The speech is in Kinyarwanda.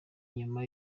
nyuma